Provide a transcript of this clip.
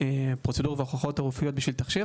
הפרוצדורות וההוכחות הרפואיות בשביל להיות תכשיר.